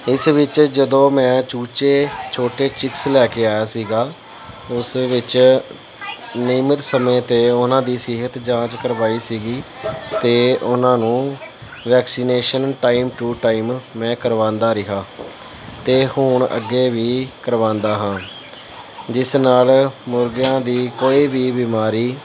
ਇਸ ਵਿੱਚ ਜਦੋਂ ਮੈਂ ਚੂਚੇ ਛੋਟੇ ਚਿਕਸ ਲੈ ਕੇ ਆਇਆ ਸੀਗਾ ਉਸ ਵਿੱਚ ਨਿਯਮਿਤ ਸਮੇਂ 'ਤੇ ਉਹਨਾਂ ਦੀ ਸਿਹਤ ਜਾਂਚ ਕਰਵਾਈ ਸੀਗੀ ਅਤੇ ਉਹਨਾਂ ਨੂੰ ਵੈਕਸੀਨੇਸ਼ਨ ਟਾਈਮ ਟੂ ਟਾਈਮ ਮੈਂ ਕਰਵਾਉਂਦਾ ਰਿਹਾ ਅਤੇ ਹੁਣ ਅੱਗੇ ਵੀ ਕਰਵਾਉਂਦਾ ਹਾਂ ਜਿਸ ਨਾਲ ਮੁਰਗਿਆਂ ਦੀ ਕੋਈ ਵੀ ਬਿਮਾਰੀ